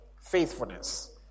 Faithfulness